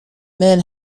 men